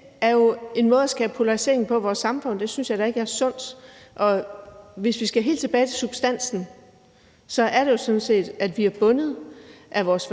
det er jo en måde at skabe polarisering i vores samfund på. Det synes jeg da ikke er sundt. Og hvis vi skal helt tilbage til substansen, er det sådan set, at vi er bundet af vores